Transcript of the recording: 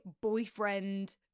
boyfriend